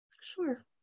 Sure